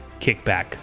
kickback